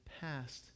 past